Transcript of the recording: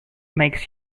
makes